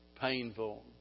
painful